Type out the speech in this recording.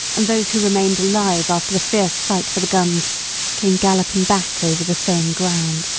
and those who remained alive after the fierce fight for the guns came galloping back over the same ground.